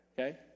okay